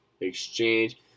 exchange